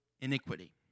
iniquity